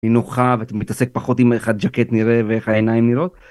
במנוחה ומתעסק פחות עם איך הג'קט נראה ואיך העיניים נראות.